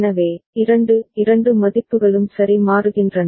எனவே இரண்டு இரண்டு மதிப்புகளும் சரி மாறுகின்றன